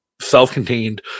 self-contained